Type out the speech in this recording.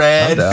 Red